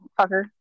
fucker